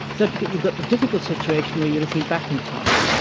don't forget you've got the difficult situation where you are looking back in time.